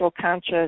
conscious